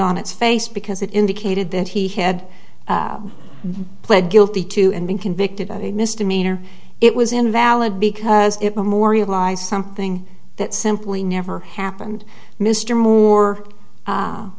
on its face because it indicated that he had pled guilty to and been convicted of a misdemeanor it was invalid because it memorialized something that simply never happened mr moore